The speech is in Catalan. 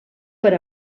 per